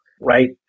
right